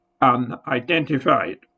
unidentified